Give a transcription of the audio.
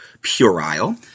puerile